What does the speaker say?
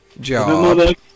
job